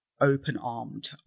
open-armed